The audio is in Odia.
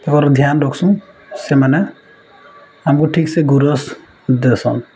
ତାଙ୍କର ଧ୍ୟାନ ରଖ୍ସୁଁ ସେମାନେ ଆମକୁ ଠିକ୍ସେ ଗୋରସ୍ ଦେସନ୍